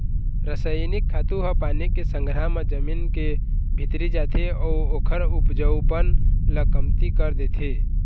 रसइनिक खातू ह पानी के संघरा म जमीन के भीतरी जाथे अउ ओखर उपजऊपन ल कमती कर देथे